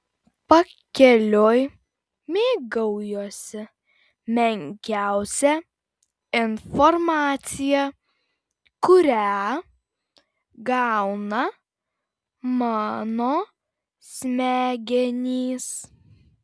pakeliui mėgaujuosi menkiausia informacija kurią gauna mano smegenys